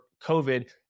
COVID